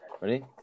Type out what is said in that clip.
Ready